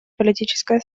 политическая